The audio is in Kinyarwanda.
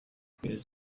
kuno